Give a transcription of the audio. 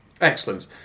Excellent